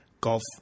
golf